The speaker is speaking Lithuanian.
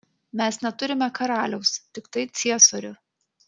mes neturime karaliaus tiktai ciesorių